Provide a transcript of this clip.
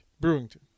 Brewington